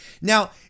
Now